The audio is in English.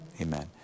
Amen